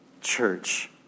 church